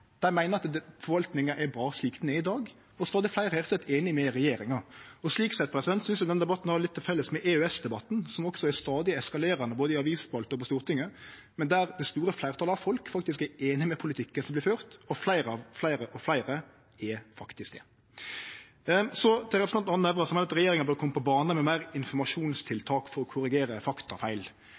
dei meiner at forvaltninga er bra slik ho er i dag. Stadig fleire er rett og slett einige med regjeringa. Slik sett synest eg at denne debatten har litt til felles med EØS-debatten, som også er stadig eskalerande både i avisspaltene og på Stortinget, men der det store fleirtalet av folk faktisk er einig i den politikken som vert ført, og fleire og fleire er faktisk det. Til representanten Arne Nævra, som meiner at regjeringa bør kome på banen med fleire informasjonstiltak for å korrigere